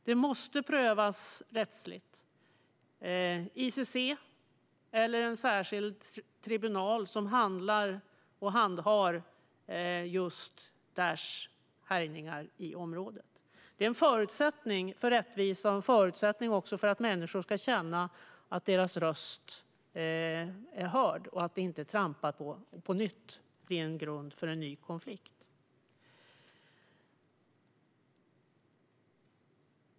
Det måste prövas rättsligt av ICC eller en särskild tribunal som handhar just Daishs härjningar i området. Det är en förutsättning för rättvisa och även för att människor ska känna att deras röster blir hörda och att de inte på nytt trampas på, vilket kan bli grund för en ny konflikt.